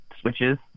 switches